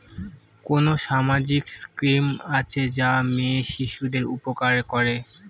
কোন সামাজিক স্কিম আছে যা মেয়ে শিশুদের উপকার করে?